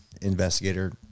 investigator